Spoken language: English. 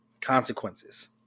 consequences